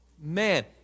Man